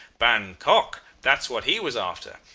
bankok! that's what he was after.